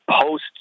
post